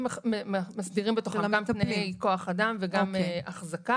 תעריפים מסבירים בתוכם גם תנאי כוח אדם וגם החזקה.